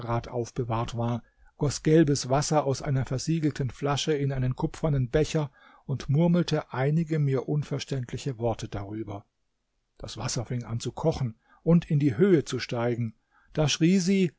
aufbewahrt war goß gelbes wasser aus einer versiegelten flasche in einen kupfernen becher und murmelte einige mir unverständliche worte darüber das wasser fing an zu kochen und in die höhe zu steigen da schrie sie